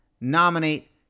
nominate